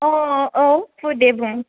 औ औ औ दे बुं